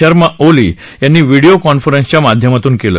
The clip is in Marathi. शर्मा ओली यांनी व्हिडिओ कॉन्फरन्स च्या माध्यमातून केलं